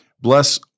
Bless